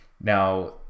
Now